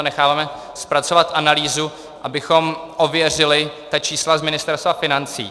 Necháváme si na to zpracovat analýzu, abychom ověřili ta čísla z Ministerstva financí.